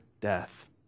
death